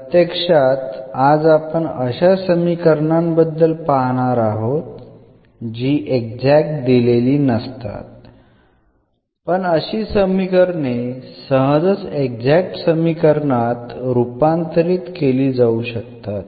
प्रत्यक्षात आज आपण अशा समीकरणांबद्दल पाहणार आहोत जी एक्झॅक्ट दिलेली नसतात पण अशी समीकरणे सहजच एक्झॅक्ट समीकरणात रूपांतरित केली जाऊ शकतात